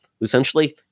essentially